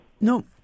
No